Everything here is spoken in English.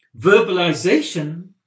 verbalization